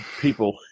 people